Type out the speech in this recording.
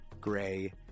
gray